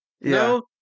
No